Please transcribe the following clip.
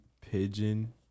Pigeon